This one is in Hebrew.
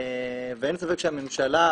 ואין ספק שהממשלה,